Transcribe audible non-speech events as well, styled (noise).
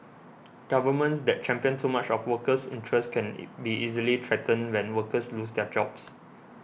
governments that champion too much of workers' interests can (unintelligible) be easily threatened when workers lose their jobs